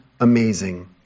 amazing